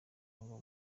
ngo